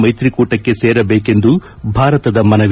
ಮೈತ್ರಿಕೂಟಕ್ಕೆ ಸೇರಬೇಕೆಂದು ಭಾರತದ ಮನವಿ